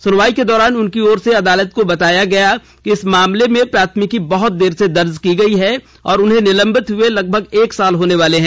सुनवाई के दौरान उनकी ओर से अदालत को बताया गया कि इस मामले में प्राथमिकी बहत देर से दर्ज की गई है और उन्हें निलंबित हुए लगभग एक साल होने वाले हैं